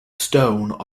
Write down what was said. stone